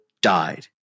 died